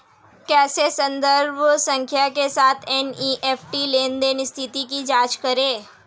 कैसे संदर्भ संख्या के साथ एन.ई.एफ.टी लेनदेन स्थिति की जांच करें?